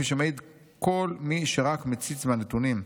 כפי שמעיד כל מי שרק מציץ בנתונים.